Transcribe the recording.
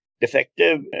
Defective